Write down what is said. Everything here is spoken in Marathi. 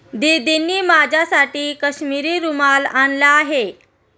दीदींनी माझ्यासाठी काश्मिरी रुमाल आणला आहे